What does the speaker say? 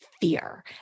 fear